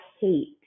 hate